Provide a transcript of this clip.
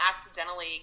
accidentally